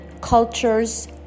cultures